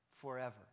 forever